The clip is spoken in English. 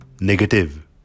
negative